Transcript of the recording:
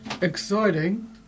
Exciting